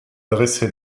dressé